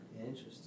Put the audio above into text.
interesting